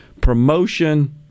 promotion